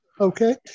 okay